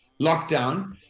lockdown